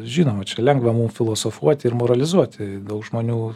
žinoma čia lengva mum filosofuoti ir moralizuoti daug žmonių